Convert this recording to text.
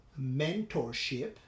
mentorship